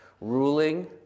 ruling